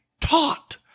taught